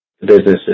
businesses